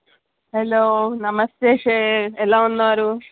hello నమస్తే sir ఎలా ఉన్నారు